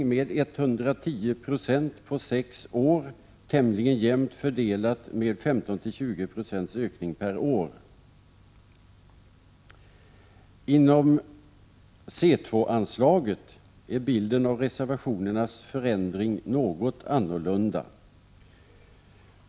Inom C2-anslaget är bilden av reservationernas förändring något annorlunda.